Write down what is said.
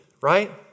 right